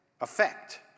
effect